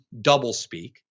doublespeak